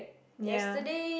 ya